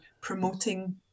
promoting